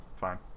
fine